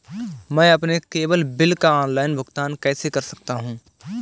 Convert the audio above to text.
मैं अपने cable bill का ऑनलाइन भुगतान कैसे कर सकता हूं?